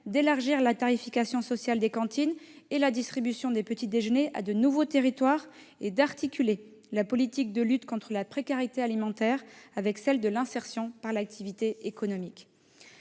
d'étendre la tarification sociale des cantines et la distribution des petits déjeuners à de nouveaux territoires, d'articuler la politique de lutte contre la précarité alimentaire avec celle de l'insertion par l'activité économique.